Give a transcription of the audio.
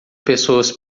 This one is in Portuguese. pessoas